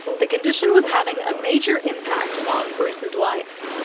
the condition was having a major impact on bruce's life.